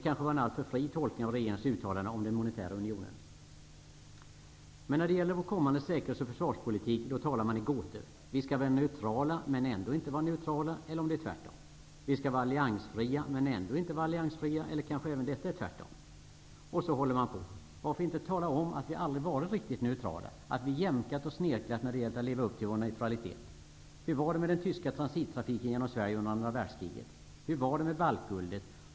Kanske är det en alltför fri tolkning av regeringens uttalande om den monetära unionen. Men när det gäller vår kommande säkerhets och försvarspolitik talar man i gåtor. Vi skall vara neutrala men ändå inte neutrala, eller om det är tvärtom. Vi skall vara alliansfria men ändå inte alliansfria, eller kanske även här tvärtom. Så håller man på. Varför inte tala om att vi aldrig varit riktigt neutrala -- att vi jämkat och snirklat när det gällt att leva upp till vår neutralitet? Sverige under andra världskriget? Hur var det med baltguldet?